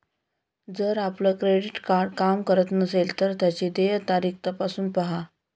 जर आपलं credit card काम करत नसेल तर त्याची देय तारीख तपासून पाहा